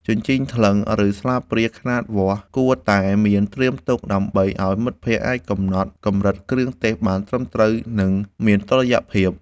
ជញ្ជីងថ្លឹង ឬស្លាបព្រាខ្នាតវាស់ គួរតែមានត្រៀមទុកដើម្បីឱ្យមិត្តភក្តិអាចកំណត់កម្រិតគ្រឿងទេសបានត្រឹមត្រូវ និងមានតុល្យភាព។